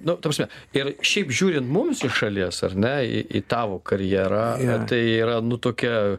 nu ta prasme ir šiaip žiūrint mums iš šalies ar ne į į tavo karjerą tai yra nu tokia